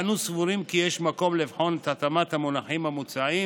אנו סבורים כי יש מקום לבחון את התאמת המונחים המוצעים